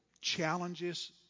challenges